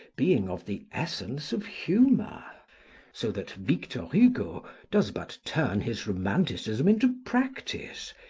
being of the essence of humour so that victor hugo does but turn his romanticism into practice,